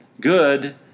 good